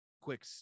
Quick